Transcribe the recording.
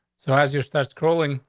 so as your stuff scrolling,